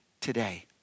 Today